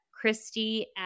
christy